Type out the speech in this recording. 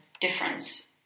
difference